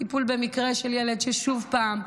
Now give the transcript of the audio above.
טיפול במקרה של ילד שעוד פעם,